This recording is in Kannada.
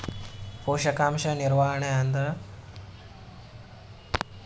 ಪೋಷಕಾಂಶ ನಿರ್ವಹಣೆ ಅಂದುರ್ ಹೊಲ್ದಾಗ್ ಇರೋ ಮಣ್ಣು, ಬೆಳಿ, ನೀರ ಮತ್ತ ನೀರಿನ ಜೀವಿಗೊಳ್ ಚಲೋ ಅದಾ ಇಲ್ಲಾ ನೋಡತಾರ್